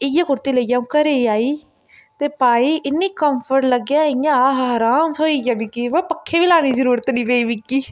इ'यै कुर्ती लेइयै अ'ऊं घरै आई ते पाई इन्नी कंफटेवल लग्गै इ'यां आहा अराम थ्होई गेआ मिगी ब पक्खे बी लाने गी जरूरत नी पेई मिगी